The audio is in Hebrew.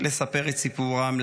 לספר את סיפורם,